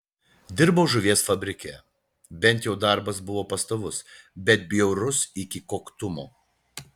dirbau žuvies fabrike bent jau darbas buvo pastovus bet bjaurus iki koktumo